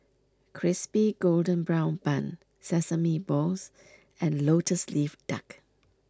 Crispy Golden Brown Bun Sesame Balls and Lotus Leaf Duck